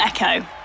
Echo